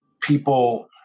people